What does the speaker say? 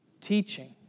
teaching